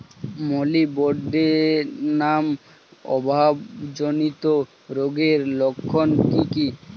Molybdenum অভাবজনিত রোগের লক্ষণ কি কি?